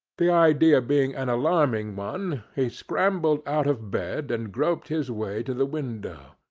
the idea being an alarming one, he scrambled out of bed, and groped his way to the window.